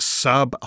sub